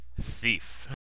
Thief